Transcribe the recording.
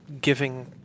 giving